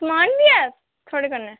समान बी ऐ थुआढ़े कन्नै